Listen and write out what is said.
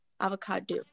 Avocado